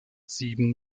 sieben